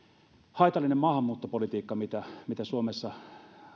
haitallinen maahanmuuttopolitiikka mitä mitä suomessa